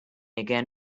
again